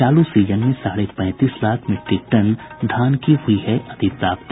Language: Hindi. चालू सीजन में साढ़े पैंतीस लाख मीट्रिक टन धान की हुई है अधिप्राप्ति